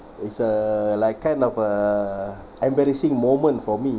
it's a like kind of uh embarrassing moment for me